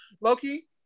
Loki